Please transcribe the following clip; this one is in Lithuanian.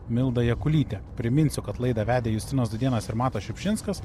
milda jakulytė priminsiu kad laidą vedė justinas dudėnas ir matas šiupšinskas